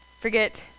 forget